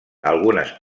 algunes